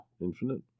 infinite